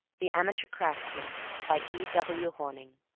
the amateur cracksman by e. w. hornung